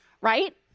right